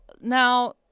now